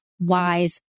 wise